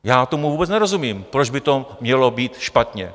Já tomu vůbec nerozumím, proč by to mělo být špatně.